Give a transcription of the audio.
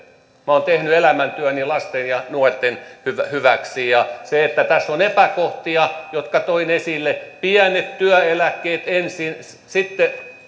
olen tehnyt elämäntyöni lasten ja nuorten hyväksi tässä on epäkohtia jotka toin esille pienet työeläkkeet ensin sitten